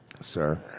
Sir